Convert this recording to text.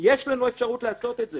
יש לנו אפשרות לעשות את זה.